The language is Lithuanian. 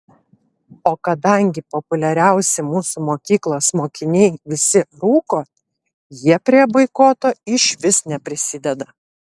o kadangi populiariausi mūsų mokyklos mokiniai visi rūko jie prie boikoto išvis neprisideda